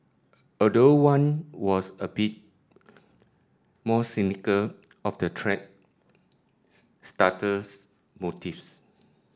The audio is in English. although one was a bit more cynical of the thread starter's motives